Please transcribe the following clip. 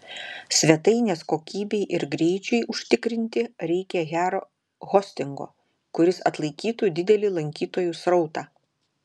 svetainės kokybei ir greičiui užtikrinti reikia gero hostingo kuris atlaikytų didelį lankytojų srautą